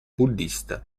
buddhista